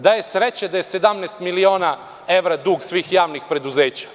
Da je sreća da je 17 miliona evra dug svih javnih preduzeća.